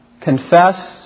confess